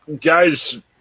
Guys